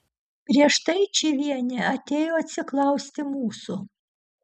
prieš tai čyvienė atėjo atsiklausti mūsų